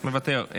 מוותר.